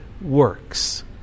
works